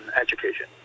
education